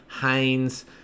Haynes